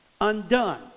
undone